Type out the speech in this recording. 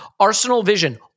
arsenalvision